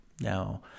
Now